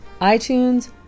iTunes